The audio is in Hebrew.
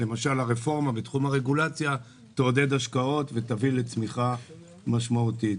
למשל הרפורמה בתחום הרגולציה תעודד השקעות ותביא לצמיחה משמעותית.